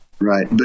Right